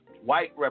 White